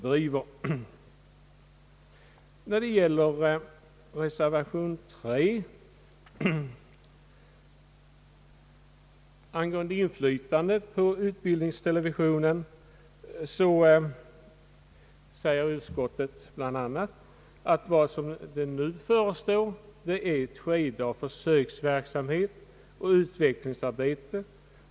de inflytandet på utbildningstelevisionen säger utskottet bl.a. att vad som nu förestår är ett skede av försöksverksamhet och utvecklingsarbete.